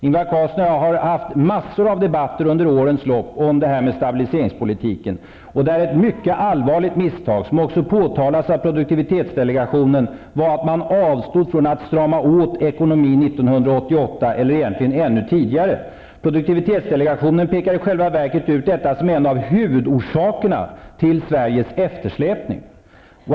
Ingvar Carlsson och jag har haft en mängd debatter under årens lopp om stabiliseringspolitiken. Ett mycket allvarligt misstag, som också påtalas av produktivitetsdelegationen, var att man avstod från att strama åt ekonomin 1988, ja, egentligen ännu tidigare. Produktivitetsdelegationen pekar i själva verket ut detta som en av huvudorsakerna till Sveriges eftersläpning.